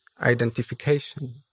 identification